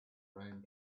round